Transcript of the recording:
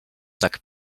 tak